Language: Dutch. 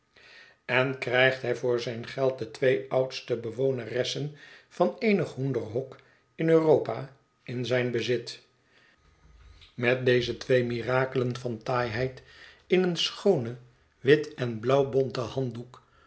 en krijgt hij voor zijn geld de twee oudste bewoneressen van eenig hoenderhok in europa in zijn bezit met deze mirakelen van taaiheid in een schoonen wit en blauw bonten handdoek